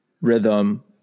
rhythm